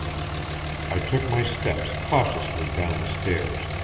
i took my steps cautiously down the stairs,